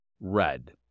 red